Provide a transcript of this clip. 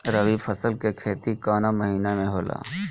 रवि फसल के खेती कवना महीना में होला?